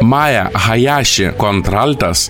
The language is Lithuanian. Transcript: maja hajaši kontraltas